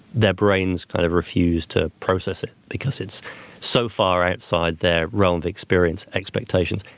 their brains kind of refused to process it because it's so far outside their realm of experience expectations,